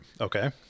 Okay